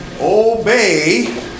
obey